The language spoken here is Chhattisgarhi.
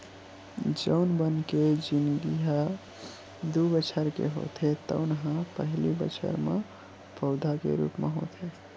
जउन बन के जिनगी ह दू बछर के होथे तउन ह पहिली बछर म पउधा के रूप म होथे